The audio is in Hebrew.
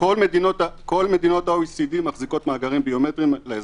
כל מדינות ה-OECD מחזיקות מאגרים ביומטריים לאזרחים.